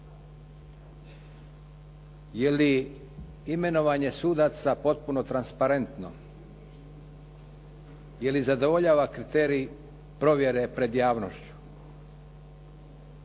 Je li imenovanje sudaca potpuno transparentno? Je li zadovoljava kriterij provjere pred javnošću?